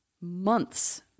months